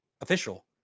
official